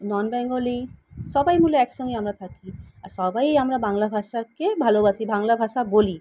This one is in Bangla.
নন বেঙ্গলি সবাই মিলে একসঙ্গে আমরা থাকি আর সবাই আমরা বাংলা ভাষাকে ভালবাসি বাংলা ভাষা বলি